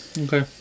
Okay